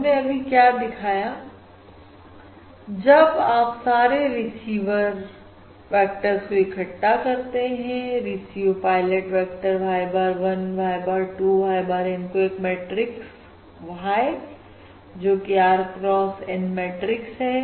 हमने अभी क्या दिखाया जब आप सारे रिसीवर वेक्टर्स को इकट्ठा करके देखते हैं receive pilot vector y bar 1 y bar 2 y bar n को एक मैट्रिक्स Y जोकि R cross N मैट्रिक्स है